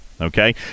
Okay